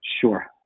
Sure